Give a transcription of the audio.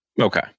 Okay